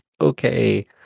okay